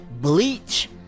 bleach